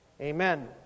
Amen